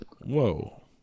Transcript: Whoa